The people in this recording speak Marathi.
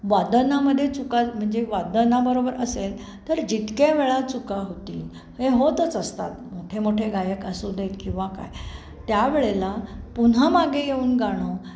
वादनामधे चुका म्हणजे वादनाबरोबर असेल तर जितक्या वेळा चुका होतील हे होतच असतात मोठे मोठे गायक असू दे किंवा काय त्यावेळेला पुन्हा मागे येऊन गाणं